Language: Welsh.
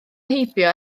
heibio